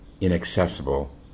inaccessible